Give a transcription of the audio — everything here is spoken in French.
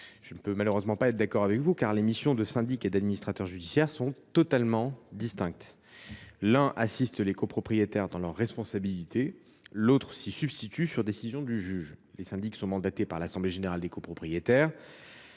Je ne puis malheureusement être d’accord avec vous, car les missions de syndic et d’administrateur judiciaire sont totalement distinctes : l’un assiste les copropriétaires dans leur responsabilité, l’autre s’y substitue sur décision du juge. Les syndics sont mandatés par l’assemblée générale des copropriétaires,